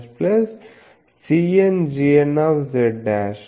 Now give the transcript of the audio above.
cn gnz